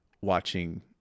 watching